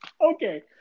Okay